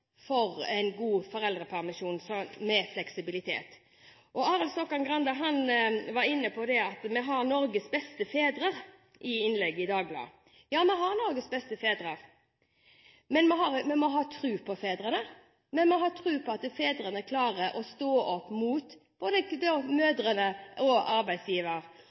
for en god foreldrepermisjon med fleksibilitet? Arild Stokkan-Grande var i Dagbladet inne på at Norge har verdens beste fedre. Ja, vi har verdens beste fedre, men vi må ha tro på fedrene. Vi må ha tro på at fedrene klarer å stå opp mot både mødrene og arbeidsgiverne. Hvorfor ikke da ta en kamp mot arbeidsgiver